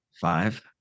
Five